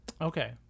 Okay